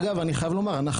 אגב, אנחנו